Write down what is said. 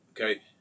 Okay